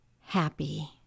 Happy